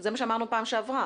זה מה שאמרנו בפעם שעברה,